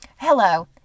Hello